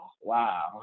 wow